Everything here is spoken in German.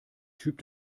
typ